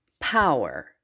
power